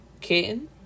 kitten